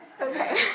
Okay